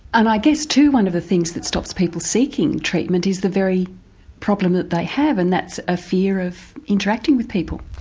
and i guess too one of the things that stops people seeking treatment is the very problem that they have and that's a fear of interacting with people?